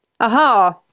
Aha